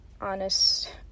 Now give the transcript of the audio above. honest